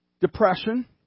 Depression